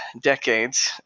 decades